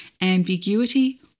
ambiguity